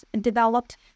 developed